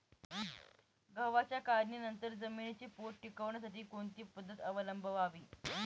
गव्हाच्या काढणीनंतर जमिनीचा पोत टिकवण्यासाठी कोणती पद्धत अवलंबवावी?